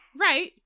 right